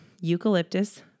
eucalyptus